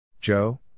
Joe